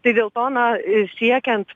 tai dėl to na siekiant